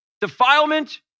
defilement